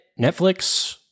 Netflix